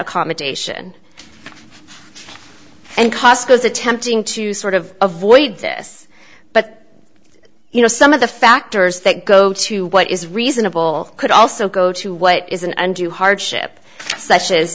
accommodation and costco's attempting to sort of avoid this but you know some of the factors that go to what is reasonable could also go to what is an undue hardship such